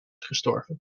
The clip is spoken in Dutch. gestorven